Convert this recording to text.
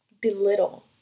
belittle